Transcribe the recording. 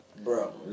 Bro